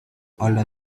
older